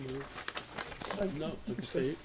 you know you can say